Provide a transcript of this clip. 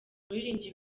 umuririmbyi